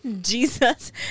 Jesus